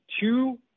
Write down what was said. two